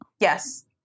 Yes